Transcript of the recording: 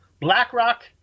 BlackRock